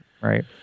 Right